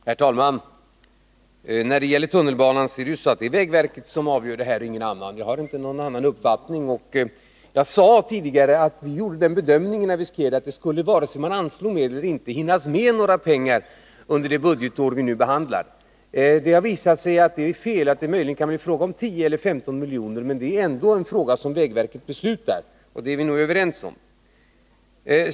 Herr talman! När det gäller tunnelbanan till Täby är det vägverket och ingen annan som avgör den frågan. Jag har i det sammanhanget ingen annan uppfattning än Kurt Hugosson. Jag sade också tidigare att vi när vi skrev propositionen gjorde den bedömningen att vare sig vi anslog medel eller inte skulle det inte hinna gå åt några pengar under det budgetår vi nu behandlar. Det har visat sig att det var fel och att det möjligen kan bli fråga om 10 eller 15 miljoner. Men det är ändå vägverket som fattar besluten. Det är vi nog överens om.